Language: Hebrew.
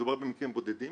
מדובר במקרים בודדים.